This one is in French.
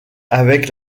avec